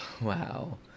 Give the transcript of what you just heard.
Wow